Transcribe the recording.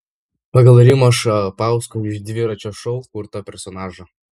pagal rimo šapausko iš dviračio šou kurtą personažą